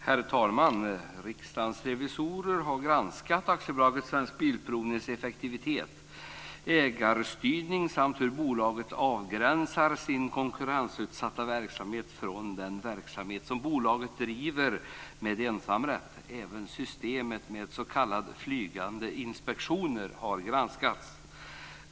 Herr talman! Riksdagens revisorer har granskat AB Svensk Bilprovnings effektivitet, ägarstyrning samt hur bolaget avgränsar sin konkurrensutsatta verksamhet från den verksamhet som bolaget driver med ensamrätt. Även systemet med s.k. flygande inspektioner har granskats.